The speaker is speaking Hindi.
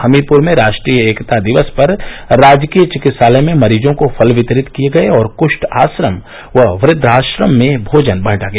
हमीरपुर में रा ट्रीय एकता दिवस पर राजकीय चिकित्सालय में मरीजों को फल वितरित किये गये और कृष्ठ आश्रम व वृद्वाश्रम में भोजन बांटा गया